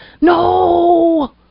No